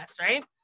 right